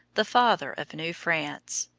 the father of new france.